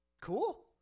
Cool